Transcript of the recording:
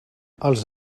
els